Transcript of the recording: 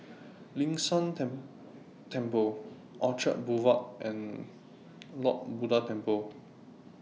Ling San Teng Temple Boulevard and Lord Buddha Temple